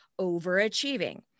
Overachieving